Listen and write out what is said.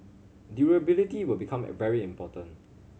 durability will become very important